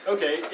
Okay